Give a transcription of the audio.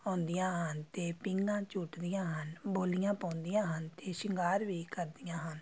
ਆਉਂਦੀਆਂ ਹਨ ਅਤੇ ਪੀਂਘਾਂ ਝੂਟਦੀਆਂ ਹਨ ਬੋਲੀਆਂ ਪਾਉਂਦੀਆਂ ਹਨ ਅਤੇ ਸ਼ਿੰਗਾਰ ਵੀ ਕਰਦੀਆਂ ਹਨ